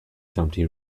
dumpty